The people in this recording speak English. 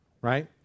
right